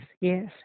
Yes